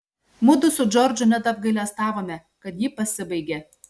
mudu su džordžu net apgailestavome kad ji pasibaigė